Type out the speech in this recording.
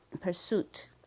pursuit